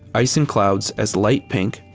ice in clouds as light pink,